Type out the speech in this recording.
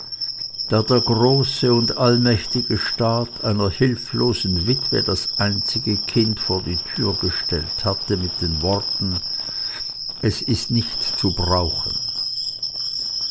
der große und allmächtige staat einer hilflosen witwe das einzige kind vor die türe gestellt hatte mit den worten es ist nicht zu brauchen